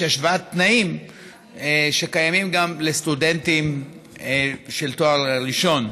השוואת תנאים שקיימים גם לסטודנטים בתואר ראשון.